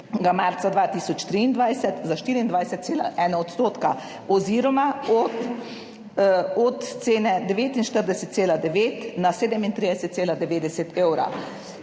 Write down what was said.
marca 2023, za 24,1 % oziroma iz cene 49,9 na 37,9 evra.